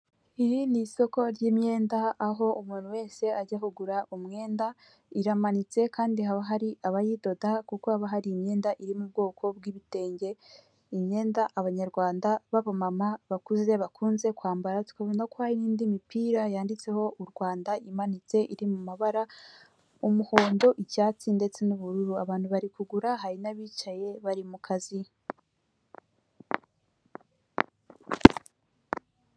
Iri ni isoko ry'imyenda aho umuntu wese ajya kugura umwenda, iramanitse kandi haba hari abayidoda kuko haba hari imyenda iri mu bwoko bw'ibitenge, imyenda abanyarwanda babamama bakuze bakunze kwambara, tukabona ko hari n'indi mipira yanditseho u Rwanda imanitse iri mu mabara umuhondo icyatsi ndetse n'ubururu abantu bari kugura hari n'abicaye bari mu kazi.